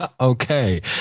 okay